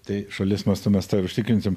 tai šalies mąstu mes tą ir užtikrinsim